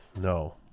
No